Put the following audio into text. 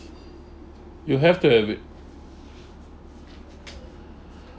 you have to admit